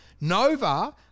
Nova